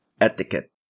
etiquette